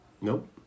Nope